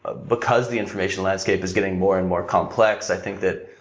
ah because the information landscape is getting more and more complex, i think that